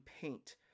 paint